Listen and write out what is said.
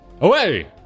Away